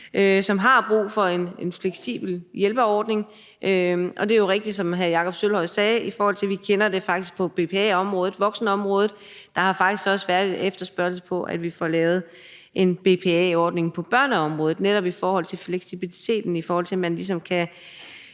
som har brug for en fleksibel hjælperordning. Det er jo rigtigt, som hr. Jakob Sølvhøj sagde, at vi faktisk kender det i forhold til BPA-området, voksenområdet. Der har faktisk også været efterspørgsel på, at vi får lavet en BPA-ordning på børneområdet netop i forhold til fleksibiliteten, så man kan